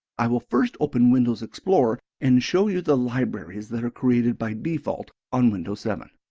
i will first open windows explorer and show you the libraries that are created by default on windows seven.